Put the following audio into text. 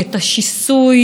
אבל לא רק לאחדות,